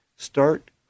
Start